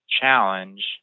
challenge